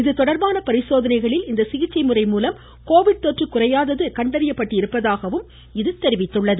இதுதொடர்பான பரிசோதனைகளில் இந்த சிகிச்சை முறை மூலம் கோவிட் தொற்று குறையாதது கண்டறியப்பட்டதாகவும் இது தெரிவித்துள்ளது